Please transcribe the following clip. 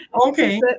Okay